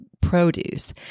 produce